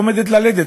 מתי את עומדת ללדת?